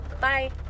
Bye